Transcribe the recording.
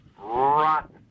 rotten